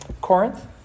Corinth